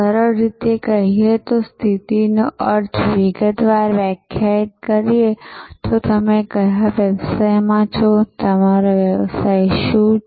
સરળ રીતે કહીએ તો સ્થિતિનો અર્થ વિગતવાર વ્યાખ્યાયિત કરીએ તો તમે કયા વ્યવસાયમાં છો તમારો સેવા વ્યવસાય શું છે